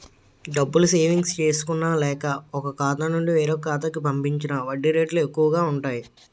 డబ్బులు సేవింగ్స్ చేసుకున్న లేక, ఒక ఖాతా నుండి వేరొక ఖాతా కి పంపించిన వడ్డీ రేట్లు ఎక్కువు గా ఉంటాయి